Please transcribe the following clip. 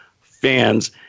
fans